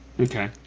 Okay